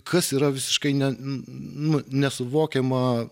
kas yra visiškai ne nu nesuvokiama